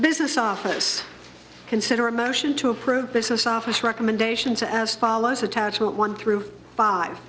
business office consider a motion to approve business office recommendations as follows attachment one through five